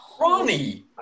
Ronnie